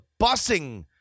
busing